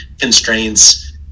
constraints